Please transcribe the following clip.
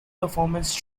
performance